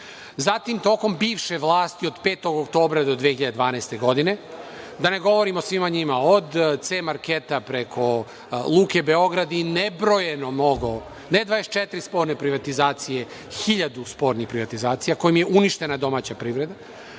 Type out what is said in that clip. zatim tokom bivše vlasti od 5. oktobra do 2012. godine, da ne govorim o svima njima, od „C marketa“, preko „Luke Beograd“ i nebrojeno mnogo, ne 24 sporne privatizacije, hiljadu spornih privatizacija kojim je uništena domaća privreda,